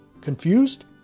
Confused